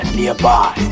nearby